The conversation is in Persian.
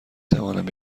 توانم